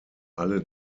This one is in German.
alle